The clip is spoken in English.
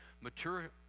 mature